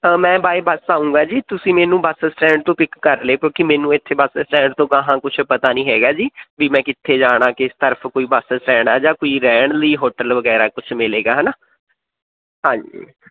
ਮੈਂ by bus ਆਊਂਗਾ ਜੀ ਤੁਸੀਂ ਮੈਨੂੰ ਬਸ ਸਟੈਂਡ ਤੋਂ ਪਿਕ ਕਰ ਲਿਓ ਕਿਉਂਕਿ ਮੈਨੂੰ ਇੱਥੇ ਬਸ ਸਟੈਂਡ ਤੋਂ ਗਾਹਾਂ ਕੁਛ ਪਤਾ ਨਹੀਂ ਹੈਗਾ ਜੀ ਵੀ ਮੈਂ ਕਿੱਥੇ ਜਾਣਾ ਕਿਸ ਤਰਫ ਕੋਈ ਬੱਸ ਸਟੈਂਡ ਆ ਜਾਂ ਕੋਈ ਰਹਿਣ ਲਈ ਹੋਟਲ ਵਗੈਰਾ ਕੁਛ ਮਿਲੇਗਾ ਹੈ ਨਾ ਹਾਂਜੀ